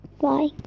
Bye